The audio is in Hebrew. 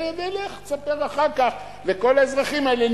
ולך תספר אחר כך לכל האזרחים האלה: